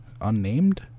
unnamed